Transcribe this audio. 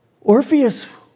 Orpheus